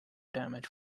damage